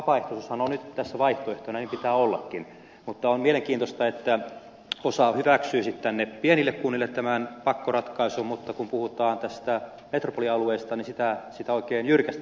vapaaehtoisuushan on nyt tässä vaihtoehtona niin pitää ollakin mutta on mielenkiintoista että osa hyväksyisi pienille kunnille tämän pakkoratkaisun mutta kun puhutaan tästä metropolialueesta niin sitä oikein jyrkästi vastustetaan